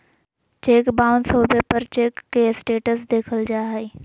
cheque bounce होबे पर cheque के स्टेटस देखल जा हइ